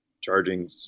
charging